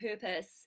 purpose